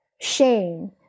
shame